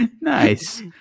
nice